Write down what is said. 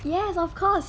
yes of course